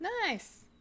Nice